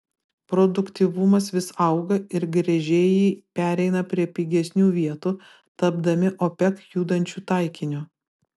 produktyvumas vis auga ir gręžėjai pereina prie pigesnių vietų tapdami opec judančiu taikiniu